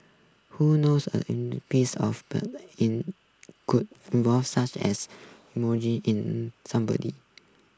who knows a piece of in could evoke such as in somebody